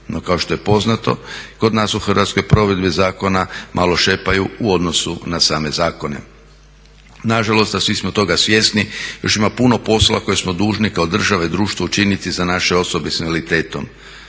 No kao što je poznato, kod nas u Hrvatskoj provedbe zakona malo šepaju u odnosu na same zakone. Nažalost, a svi smo toga svjesni, još ima puno posla koji smo dužni kao država i društvo učiniti za naše osobe s invaliditetom.